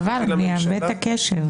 חבל, אני אאבד את הקשב.